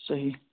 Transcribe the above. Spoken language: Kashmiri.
صحیح